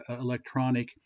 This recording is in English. electronic